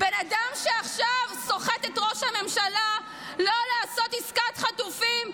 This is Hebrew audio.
בן אדם שעכשיו סוחט את ראש הממשלה לא לעשות עסקת חטופים,